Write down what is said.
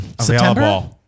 September